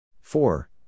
four